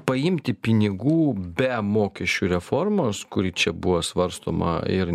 paimti pinigų be mokesčių reformos kuri čia buvo svarstoma ir